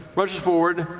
rushes forward,